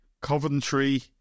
Coventry